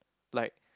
like